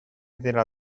della